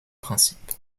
principe